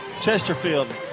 Chesterfield